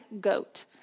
goat